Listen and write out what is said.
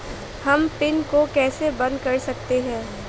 हम पिन को कैसे बंद कर सकते हैं?